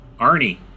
Arnie